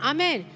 Amen